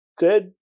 dead